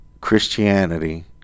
Christianity